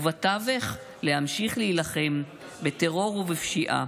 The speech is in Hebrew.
ובתווך להמשיך להילחם בטרור ובפשיעה.